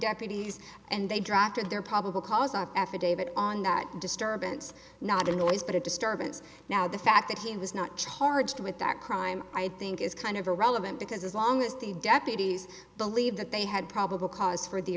deputies and they drafted their probable cause affidavit on that disturbance not a noise but a disturbance now the fact that he was not charged with that crime i think is kind of irrelevant because as long as the deputies believe that they had probable cause for the